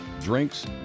drinks